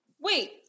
Wait